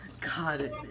God